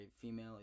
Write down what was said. female